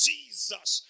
Jesus